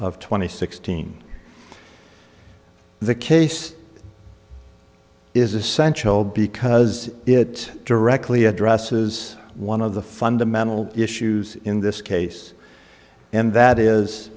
and sixteen the case is essential because it directly addresses one of the fundamental issues in this case and that is